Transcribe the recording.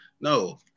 No